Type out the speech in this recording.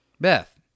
Beth